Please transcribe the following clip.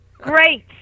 great